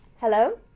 hello